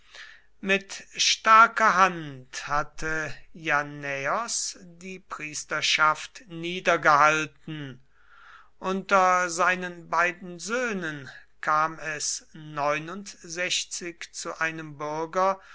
mit starker hand hatte jannaeos die priesterschaft niedergehalten unter seinen beiden söhnen kam es zu einem bürger